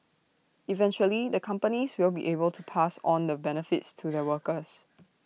eventually the companies will be able to pass on the benefits to their workers